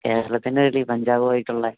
കേരളത്തിൻ്റെ കളി പഞ്ചാബുവായിട്ടുള്ളത്